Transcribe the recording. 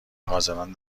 حاضران